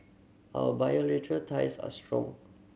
our bilateral ties are strong